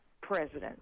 president